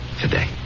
today